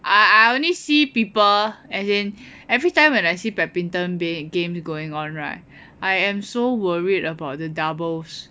I I only see people as in every time when I see badminton games going on right I am so worried about the doubles